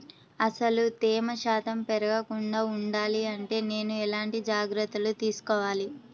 అసలు తేమ శాతం పెరగకుండా వుండాలి అంటే నేను ఎలాంటి జాగ్రత్తలు తీసుకోవాలి?